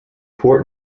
fort